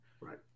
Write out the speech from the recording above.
Right